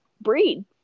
breed